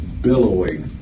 billowing